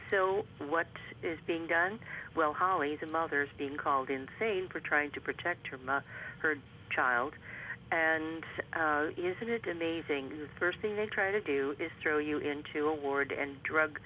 so what is being done well holly's mother's been called insane for trying to protect her mother her child and isn't it amazing the first thing they try to do is throw you into a ward and drug